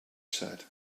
said